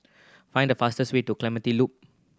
find the fastest way to Clementi Loop